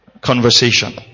conversation